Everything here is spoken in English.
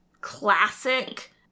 classic